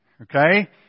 okay